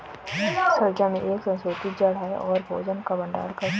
शलजम एक संशोधित जड़ है और भोजन का भंडारण करता है